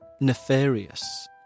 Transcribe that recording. nefarious